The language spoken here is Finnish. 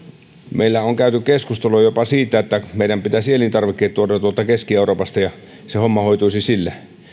meillä on käyty keskustelua jopa siitä että meidän pitäisi elintarvikkeet tuoda tuolta keski euroopasta ja se homma hoituisi sillä